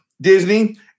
Disney